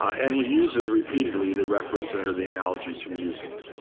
and he uses, repeatedly, the reference or and or the analogy to music.